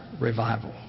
revival